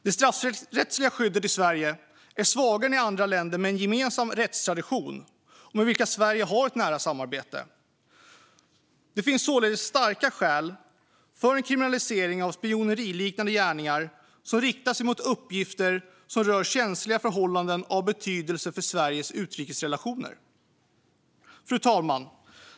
Det straffrättsliga skyddet i Sverige är svagare än i andra länder med en gemensam rättstradition och med vilka Sverige har ett nära samarbete. Det finns således starka skäl för en kriminalisering av spioneriliknande gärningar som riktar sig mot uppgifter som rör känsliga förhållanden av betydelse för Sveriges utrikesrelationer. Fru talman!